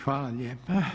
Hvala lijepa.